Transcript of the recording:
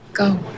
Go